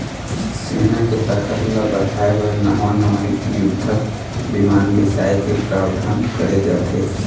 सेना के ताकत ल बढ़ाय बर नवा नवा युद्धक बिमान बिसाए के प्रावधान करे जाथे